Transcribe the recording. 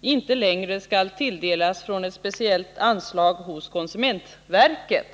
inte längre skall tilldelas från ett speciellt anslag hos konsumentverket.